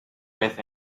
with